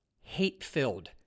hate-filled